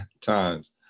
Times